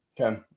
Okay